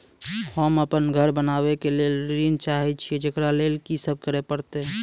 होम अपन घर बनाबै के लेल ऋण चाहे छिये, जेकरा लेल कि सब करें परतै?